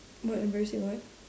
what embarrassing what